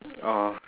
oh